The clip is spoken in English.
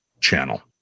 channel